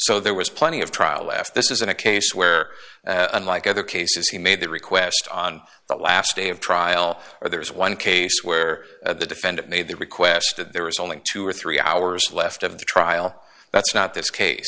so there was plenty of trial left this isn't a case where unlike other cases he made the request on the last day of trial or there was one case where the defendant made the request that there was only two or three hours left of the trial that's not this case